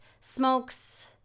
smokes